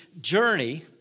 journey